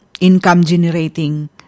income-generating